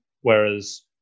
whereas